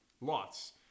Lots